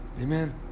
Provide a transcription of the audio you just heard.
Amen